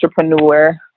entrepreneur